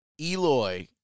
Eloy